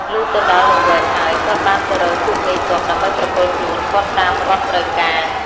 លុះទៅដល់លង្វែកហើយ គាត់បានទៅរកជួបមេទ័ព ដើម្បីប្រគល់ខ្លួនគាត់តាមរដ្ឋត្រូវការ ។